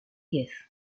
díez